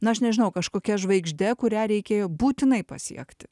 na aš nežinau kažkokia žvaigžde kurią reikėjo būtinai pasiekti